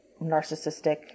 narcissistic